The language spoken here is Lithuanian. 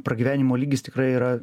pragyvenimo lygis tikrai yra